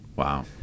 Wow